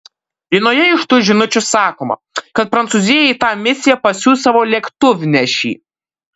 vienoje iš tų žinučių sakoma kad prancūzija į tą misiją pasiųs savo lėktuvnešį